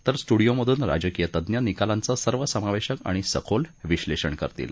तर स्टूडिओमधून राजकीय तज्ञ निकालांचं सर्व समावेशक आणि सखोल विश्लेषण करतील